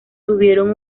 tuvieron